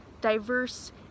Diverse